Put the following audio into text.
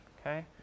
Okay